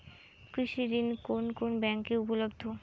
কৃষি ঋণ কোন কোন ব্যাংকে উপলব্ধ?